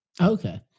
Okay